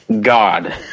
God